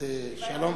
שלום